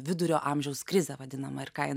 vidurio amžiaus krizė vadinama ir ką ji